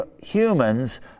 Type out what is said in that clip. humans